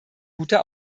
guter